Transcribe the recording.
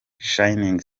shinning